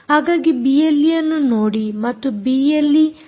ಹಾಗಾಗಿ ಬಿಎಲ್ಈ ಯನ್ನು ನೋಡಿ ಮತ್ತು ಬಿಎಲ್ಈ 4